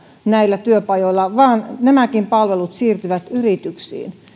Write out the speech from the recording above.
näillä työpajoilla tuottaa vaan nämäkin palvelut siirtyvät yrityksiin